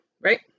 right